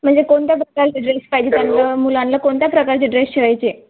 म्हणजे कोणत्या प्रकारचे ड्रेस पाहिजे त्यांना मुलांला कोणत्या प्रकारचे ड्रेस शिवायचे